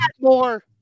more